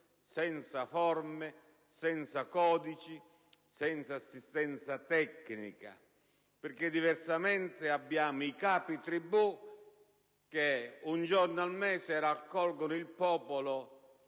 senza forme, senza codici, senza assistenza tecnica. Diversamente, avremmo i capi tribù che un giorno al mese raccolgono il popolo